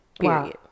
period